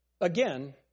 Again